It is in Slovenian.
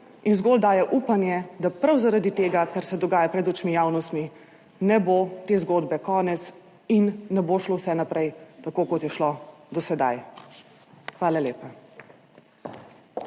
in zgolj daje upanje, da prav zaradi tega, kar se dogaja pred očmi javnosti, ne bo te zgodbe konec in ne bo šlo vse naprej, tako kot je šlo 8. TRAK: (VP)